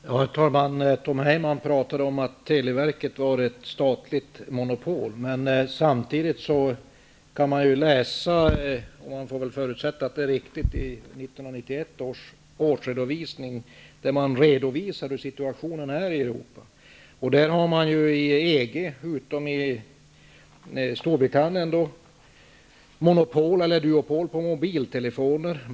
Herr talman! Tom Heyman talade om att televerket är ett statligt monopolföretag. Samtidigt kan man läsa -- och man får väl förutsätta att det är riktigt -- i 1991 års redovisning en beskrivning av hur situationen är ute i Europa. I EG-länderna, utom i Storbritannien, har man monopol eller duopol på mobiltelefoner.